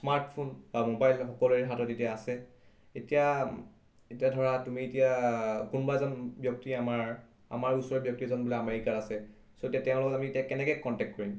smartphone বা mobile সকলোৰে হাতত এতিয়া আছে এতিয়া এতিয়া ধৰা তুমি এতিয়া কোনোবা এজন ব্যক্তিয়ে আমাৰ আমাৰ ওচৰৰ ব্যক্তি এজন বোলে আমেৰিকাত আছে চ' তেওঁ লগত আমি এতিয়া কেনেকৈ কণ্টেকট কৰিম